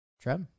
Trev